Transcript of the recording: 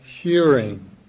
hearing